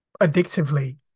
addictively